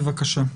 בבקשה.